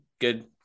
good